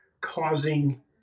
causing